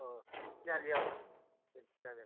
ओ थिनालियाव दे जागोन